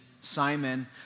Simon